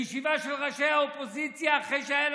בישיבה של ראשי האופוזיציה, אחרי שלנו,